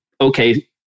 okay